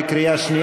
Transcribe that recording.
בבקשה.